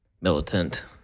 militant